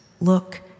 look